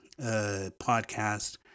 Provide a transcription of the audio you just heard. podcast